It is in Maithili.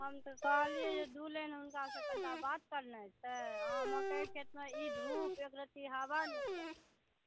हम तऽ कहलियनि जे दू लाइन हुनका से बात करनाइ छै अहाँ मकइके तऽ ई धुप एक रति हवा नहि